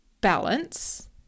balance